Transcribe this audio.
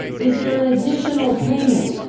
is there an additional payment?